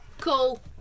cool